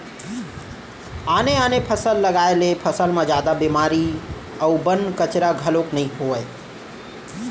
आने आने फसल लगाए ले फसल म जादा बेमारी अउ बन, कचरा घलोक नइ होवय